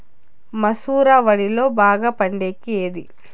మసూర వరిలో బాగా పండేకి ఏది?